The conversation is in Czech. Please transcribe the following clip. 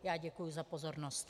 Já děkuji za pozornost.